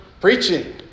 preaching